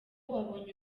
wabonye